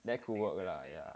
that could work lah ya